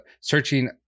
Searching